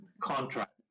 contract